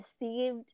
received